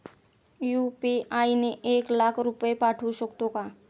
UPI ने एक लाख रुपये पाठवू शकतो का?